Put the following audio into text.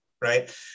right